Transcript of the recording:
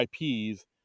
IPs